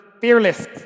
fearless